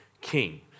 King